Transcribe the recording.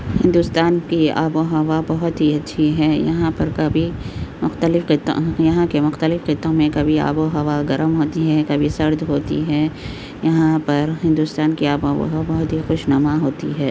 ہندوستان کی آب و ہوا بہت ہی اچھی ہے یہاں پر کبھی مختلف خطوں یہاں کے مختلف خطوں میں کبھی آب و ہوا گرم ہوتی ہے کبھی سرد ہوتی ہے یہاں پر ہندوستان کی آب و ہوا بہت ہی خوشنما ہوتی ہے